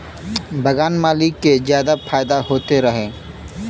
बगान मालिक के जादा फायदा होत रहे